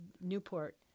Newport